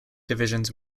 divisions